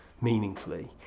meaningfully